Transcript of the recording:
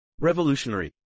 Revolutionary